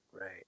Right